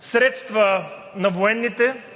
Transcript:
средства на военните –